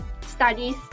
studies